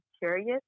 curious